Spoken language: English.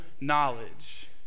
knowledge